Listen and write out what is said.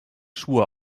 schuhe